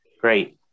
great